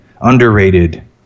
underrated